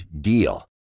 DEAL